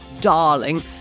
darling